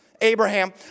Abraham